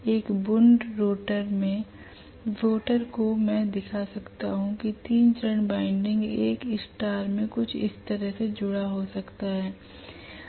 एक wound rotor में rotor को मैं दिखा सकता हूं कि 3 चरण वाइंडिंग एक स्टार में कुछ इस तरह से जुड़ा हो सकता है